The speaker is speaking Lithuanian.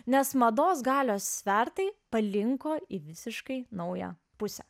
nes mados galios svertai palinko į visiškai naują pusę